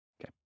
Okay